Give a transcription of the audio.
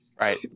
Right